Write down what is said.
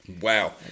Wow